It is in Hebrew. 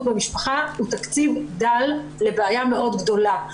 במשפחה הוא תקציב דל לבעיה מאוד גדולה,